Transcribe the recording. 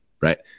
right